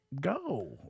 go